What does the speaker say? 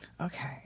okay